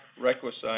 requisite